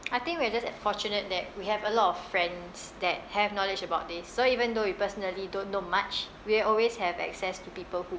I think we're just a~ fortunate that we have a lot of friends that have knowledge about this so even though we personally don't know much we'll always have access to people who